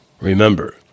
remember